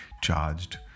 charged